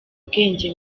ubwenge